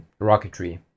rocketry